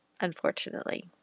unfortunately